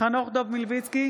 חנוך דב מלביצקי,